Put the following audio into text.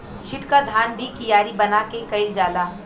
छिटका धान भी कियारी बना के कईल जाला